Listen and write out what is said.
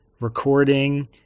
recording